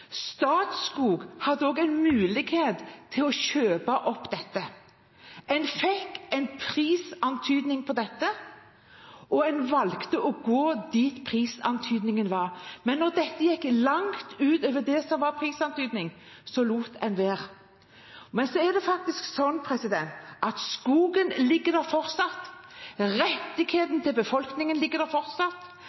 Statskog hadde også en mulighet til å kjøpe opp dette. En fikk en prisantydning på dette, og en valgte å gå dit hvor prisantydningen var, men når dette gikk langt ut over det som var prisantydning, lot en være. Det er faktisk sånn at skogen ligger der fortsatt, rettigheten til befolkningen ligger der fortsatt,